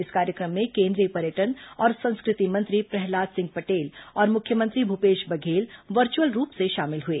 इस कार्यक्रम में केंद्रीय पर्यटन और संस्कृति मंत्री प्रहलाद सिंह पटेल और मुख्यमंत्री भूपेश बघेल वर्चुअल रूप से शामिल हुए